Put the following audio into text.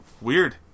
Weird